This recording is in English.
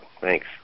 Thanks